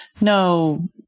no